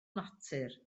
natur